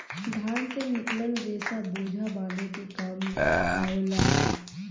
धान से निकलल रेसा बोझा बांधे के काम आवला